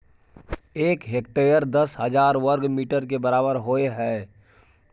एक हेक्टेयर दस हजार वर्ग मीटर के बराबर होय हय